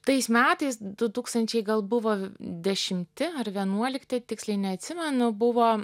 tais metais du tūkstančiai gal buvo dešimti ar vienuolikti tiksliai neatsimenu buvo